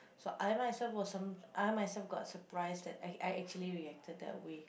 so I myself was some I myself got surprised that I I actually reacted that way